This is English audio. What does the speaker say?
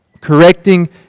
Correcting